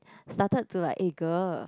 started to like eh girl